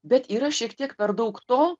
bet yra šiek tiek per daug to